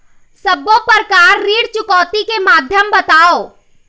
सब्बो प्रकार ऋण चुकौती के माध्यम बताव?